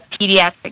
pediatric